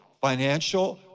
financial